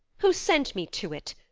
who sent me to it?